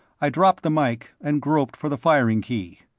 i dropped the mike and groped for the firing key.